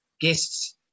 guests